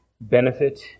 benefit